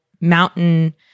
mountain